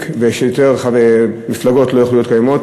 ושיותר מפלגות לא יוכלו להיות קיימות.